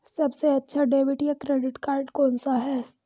सबसे अच्छा डेबिट या क्रेडिट कार्ड कौन सा है?